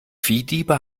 viehdiebe